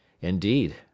Indeed